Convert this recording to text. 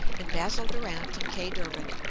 and basil durant and kay durban.